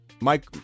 Mike